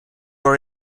are